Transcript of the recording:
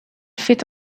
fait